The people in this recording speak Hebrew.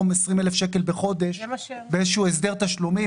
20,000 שקל בחודש באיזשהו הסדר תשלומים,